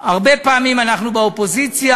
הרבה פעמים אנחנו באופוזיציה,